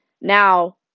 Now